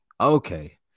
okay